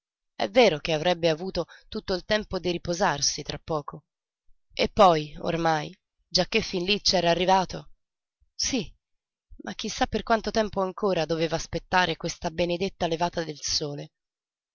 è vero che avrebbe avuto tutto il tempo di riposarsi tra poco e poi ormai giacché fin lí c'era arrivato sí ma chi sa per quanto tempo ancora doveva aspettare questa benedetta levata del sole